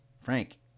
Frank